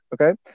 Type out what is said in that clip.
Okay